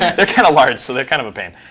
they're kind of large, so they're kind of a pain.